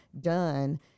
done